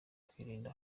kwirinda